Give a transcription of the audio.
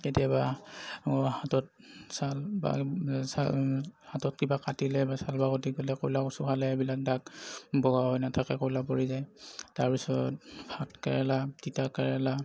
কেতিয়াবা হাতত চাল বা চাল হাতত কিবা কাটিলে বা চাল বাকলি গ'লে ক'লা কচু খালে এইবিলাক দাগ বগা হৈ নাথাকে ক'লা পৰি যায় তাৰ পিছত ভাত কেৰেলা তিতা কেৰেলা